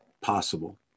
possible